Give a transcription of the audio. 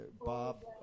Bob